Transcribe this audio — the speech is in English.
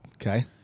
Okay